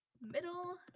Middle